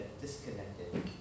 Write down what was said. disconnected